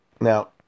Now